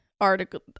article